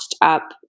up